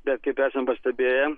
bet kaip esam pastebėję